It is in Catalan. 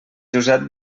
josep